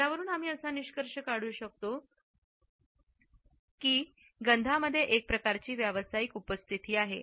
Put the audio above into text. यावरून आम्ही असा निष्कर्ष काढू शकतो किंवा चा मध्ये किंवा गंधा मध्ये एक प्रकारची व्यवसायिक उपस्थिती आहे